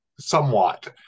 somewhat